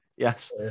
Yes